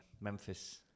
Memphis